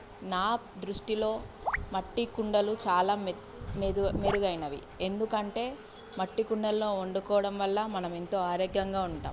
నా దృష్టిలో మట్టి కుండలు చాలా మెత్త మెదు మెరుగైనవి ఎందుకంటే మట్టి కుండల్లో వండుకోవడం వల్ల మనం ఎంతో ఆరోగ్యంగా ఉంటాం